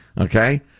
okay